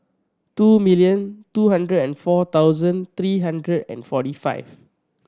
two million two hundred and four thousand three hundred and forty five